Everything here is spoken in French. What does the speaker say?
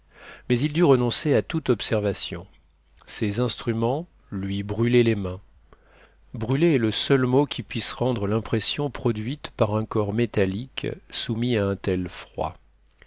mais il dut renoncer à toute observation ses instruments lui brûlaient les mains brûler est le seul mot qui puisse rendre l'impression produite par un corps métallique soumis à un tel froid